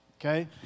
Okay